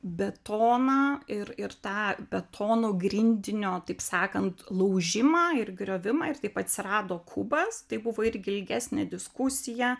betoną ir ir tą betono grindinio taip sakant laužimą ir griovimą ir taip atsirado kubas tai buvo irgi ilgesnė diskusija